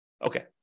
Okay